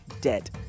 Dead